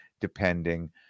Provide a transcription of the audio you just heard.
depending